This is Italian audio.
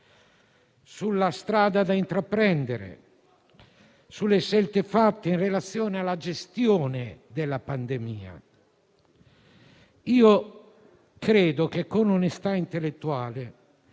sulla strada da intraprendere, sulle scelte fatte in relazione alla gestione della pandemia. Credo che con onestà intellettuale